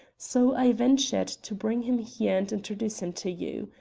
so i ventured to bring him here and introduce him to you.